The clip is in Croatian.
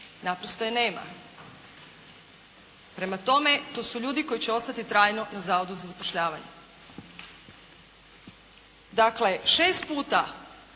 Naprosto je nema. Prema tome, to su ljudi koji će ostati trajno na Zavodu za zapošljavanje. Dakle, šest puta